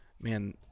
man